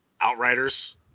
outriders